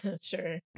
sure